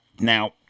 Now